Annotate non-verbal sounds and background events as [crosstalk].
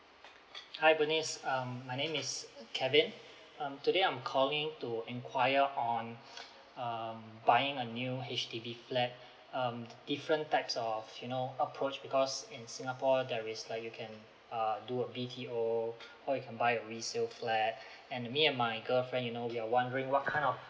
hi bernice um my name is kevin um today I'm calling to inquire on [noise] um buying a new H_D_B flat um different types of you know approach because in singapore there is like you can uh do a B_T_O or you can buy a resale flat and me and my girlfriend you know we are wondering what kind of